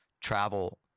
travel